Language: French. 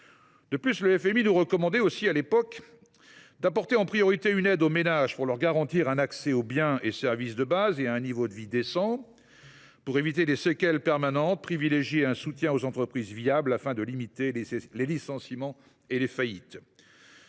temps. Le FMI nous recommandait aussi d’« apporter en priorité une aide aux ménages pour leur garantir un accès aux biens et services de base et à un niveau de vie décent ». Il ajoutait que, « pour éviter des séquelles permanentes », nous devions « privilégier un soutien aux entreprises viables, afin de limiter les licenciements et les faillites